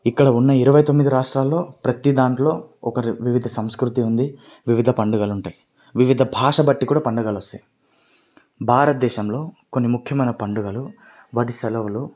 ఇక్కడ ఉన్న ఇరవై తొమ్మిది రాష్ట్రాల్లో ప్రతిదాంట్లో ఒక వివిధ సంస్కృతి ఉంది వివిధ పండుగలు ఉంటాయి వివిధ భాష బట్టి కూడా పండగలు వస్తాయి భారత దేశంలో కొన్ని ముఖ్యమైన పండుగలు వాటి సెలవులు